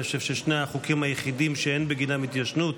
אני חושב ששני החוקים היחידים שאין בגינם התיישנות,